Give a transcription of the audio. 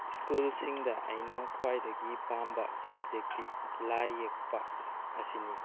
ꯁ꯭ꯀꯨꯜꯁꯤꯡꯗ ꯑꯩꯅ ꯈ꯭ꯋꯥꯏꯗꯒꯤ ꯄꯥꯝꯕ ꯁꯕꯖꯦꯛꯇꯤ ꯂꯥꯏ ꯌꯦꯛꯄ ꯑꯁꯤꯅꯤ